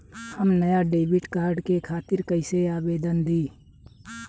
हम नया debit card के खातिर कइसे आवेदन दीं?